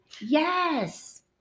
Yes